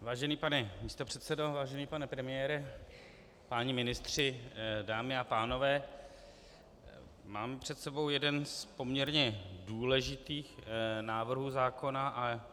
Vážený pane místopředsedo, vážený pane premiére, páni ministři, dámy a pánové, mám před sebou jeden z poměrně důležitých návrhů zákona.